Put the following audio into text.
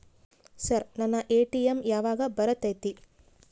Sir ನನ್ನ ATM ಯಾವಾಗ ಬರತೈತಿ?